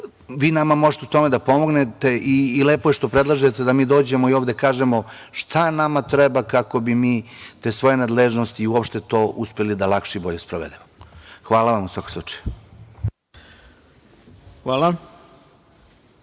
vi nama možete u tome da pomognete i lepo je što predlažete da mi dođemo i ovde kažemo šta nama treba kako bi mi te svoje nadležnosti i uopšte to uspeli da lakše i bolje sprovedemo. Hvala. **Ivica